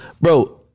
Bro